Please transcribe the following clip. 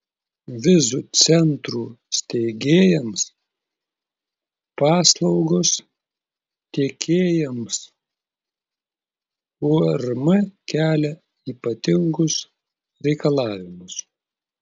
vizų centrų steigėjams paslaugos teikėjams urm kelia ypatingus reikalavimus